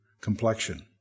complexion